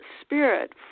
Spirit